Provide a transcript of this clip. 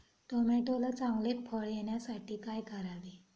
टोमॅटोला चांगले फळ येण्यासाठी काय करावे?